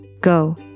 Go